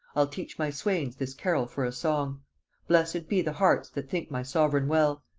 i'll teach my swains this carrol for a song blest be the hearts that think my sovereign well,